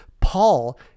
Paul